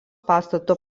pastato